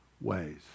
ways